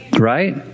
right